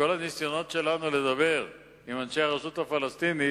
כל הניסיונות שלנו לדבר עם אנשי הרשות הפלסטינית,